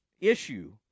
issue –